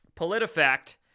PolitiFact